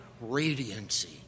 radiancy